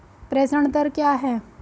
प्रेषण दर क्या है?